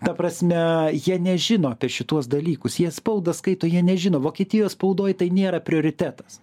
ta prasme jie nežino apie šituos dalykus jie spaudą skaito jie nežino vokietijos spaudoj tai nėra prioritetas